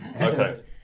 okay